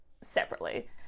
separately